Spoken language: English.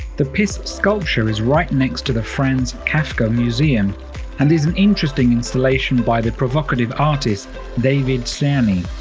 the piss sculpture is right next to the franz kafka museum and is an interesting installation by the provocative artist david cerney.